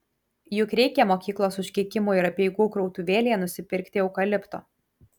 juk reikia mokyklos užkeikimų ir apeigų krautuvėlėje nusipirkti eukalipto